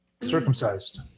circumcised